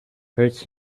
hurts